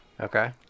Okay